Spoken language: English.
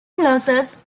losses